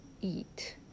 eat